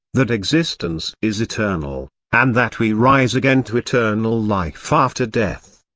that existence is eternal, and that we rise again to eternal life after death.